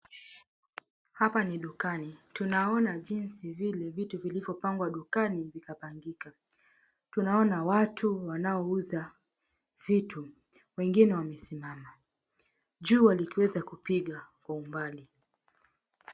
Hapa ni dukani. Tunaona jinsi vile vitu vilivyopangwa dukani vikapangika. Tunaona watu wanaouza vitu. Wengine wamesimama. Jua likiweza kupiga kwa umbali.